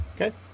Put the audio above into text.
Okay